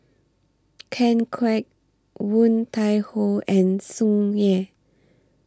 Ken Kwek Woon Tai Ho and Tsung Yeh